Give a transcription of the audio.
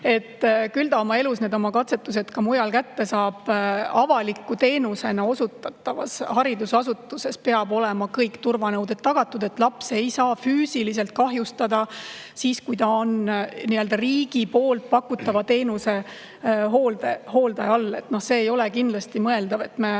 Küll ta oma elus need katsetused ka mujal kätte saab. Avalikku teenust osutavas haridusasutuses peavad olema kõik turvanõuded tagatud, et laps ei saaks füüsiliselt kahjustada, kui ta on riigi poolt pakutava teenuse hoole all. See ei ole kindlasti mõeldav, et me